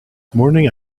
morning